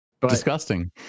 Disgusting